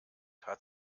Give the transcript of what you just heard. hat